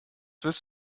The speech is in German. willst